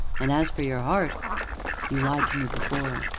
and, as for your heart you lied to me before.